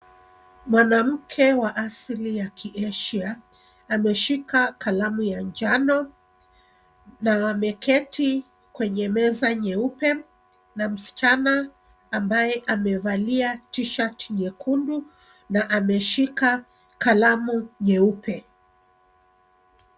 Mwanamke wa asili ya ki Asia, ameshika kalamu ya njano, na ameketi kwenye meza nyeupe, na msichana ambaye amevalia t-shirt nyekundu na ameshika kalaamu nyeupe.